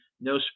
no